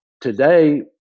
today